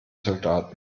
soldaten